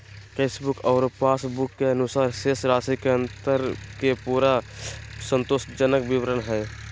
cashbook आरो passbook के अनुसार शेष राशि में अंतर के पूरा संतोषजनक विवरण हइ